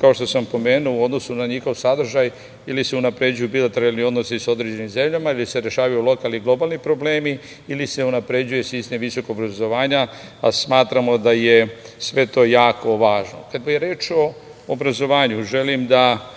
kao što sam pomenuo, u odnosu na njihov sadržaj, ili se unapređuju bilateralni odnosi sa određenim zemljama, ili se rešavaju lokalni i globalni problemi ili se unapređuje sistem visokog obrazovanja a smatramo da je sve to jako važno. Kada je reč o obrazovanju, želim da